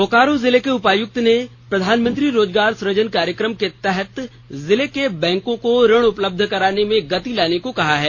बोकारो जिले के उपायुक्त ने प्रधानमंत्री रोजगार सुजन कार्यक्रम के तहत जिले के बैकों को ऋण उपलब्ध कराने में गति लाने को कहा है